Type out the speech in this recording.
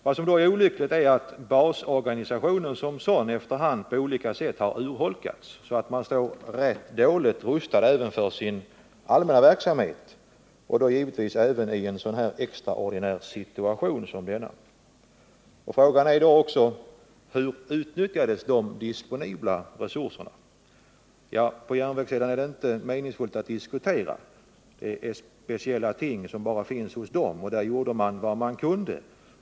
Vad som då är olyckligt är att basorganisationen som sådan efter hand på olika sätt har urholkats, så att den står rätt dåligt rustad även för sin allmänna verksamhet och givetvis även i en extraordinär situation som den i vintras. Frågan är också: Hur utnyttjades de disponibla resurserna? Järnvägssidan är det inte meningsfullt att diskutera. Där handlar det om 2 speciella ting som bara finns hos SJ, och där gjorde man vad man kunde.